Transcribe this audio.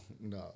no